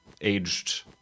aged